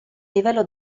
livello